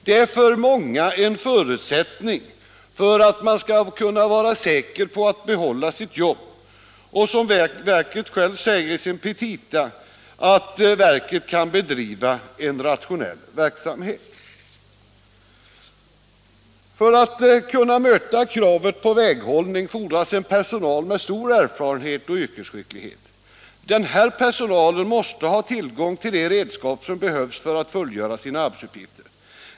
Det är för många en förutsättning för att de skall kunna vara säkra på att behålla sitt jobb och för att, som verket självt säger i sina petita, verket skall kunna bedriva en rationell verksamhet. För att kunna möta kravet på väghållning fordras en personal med 137 stor erfarenhet och yrkesskicklighet. Den här personalen måste ha tillgång till de redskap som behövs för att den skall kunna fullgöra sina arbetsuppgifter.